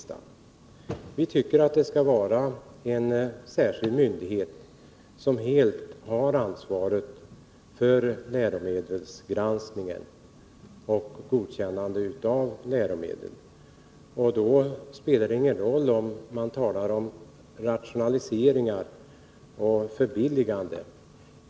För vår del tycker vi att en särskild myndighet skall ha hela ansvaret för läromedelsgranskningen och godkännandet av läromedel. Då spelar rationalisering och förbilligande inte någon roll.